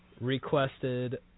requested